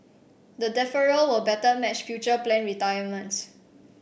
the deferral will better match future planned retirements